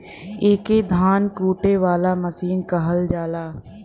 एके धान कूटे वाला मसीन कहल जाला